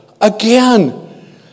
Again